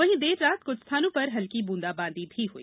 वहीं देर रात कुछ स्थानों पर हल्की बूंदा बांदी हई